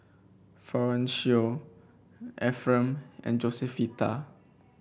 Florencio Efrem and Josefita